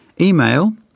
Email